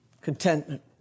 contentment